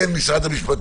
כן, משרד המשפטים.